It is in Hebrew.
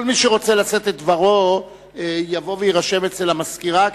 כל מי שרוצה לשאת את דברו יירשם אצל המזכירה,